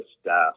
staff